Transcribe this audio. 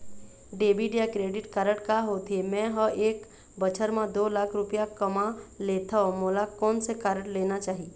Debit या credit card का होथे, मे ह एक बछर म दो लाख रुपया कमा लेथव मोला कोन से कारड लेना चाही?